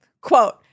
quote